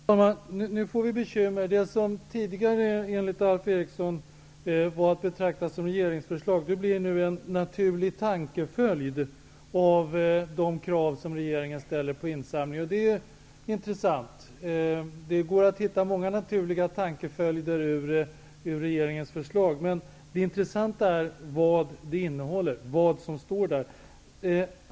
Herr talman! Nu får vi bekymmer. Det som tidigare, enligt Alf Eriksson, var att betrakta som ett regeringsförslag blir nu en naturlig tankeföljd av de krav som regeringen ställer på insamling. Det är intressant. Det går att hitta många naturliga tankeföljder i regeringens förslag, men det intressanta är vad förslaget innehåller och vad som står i det.